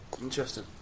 Interesting